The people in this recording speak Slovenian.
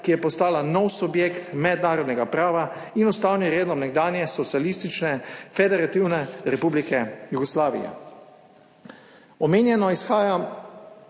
ki je postala nov subjekt mednarodnega prava, in ustavnim redom nekdanje Socialistične federativne republike Jugoslavije. Omenjeno izhaja